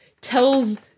tells